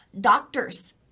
Doctors